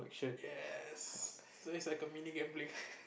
yes today is like a mini game play